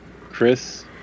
Chris